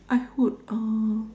I would uh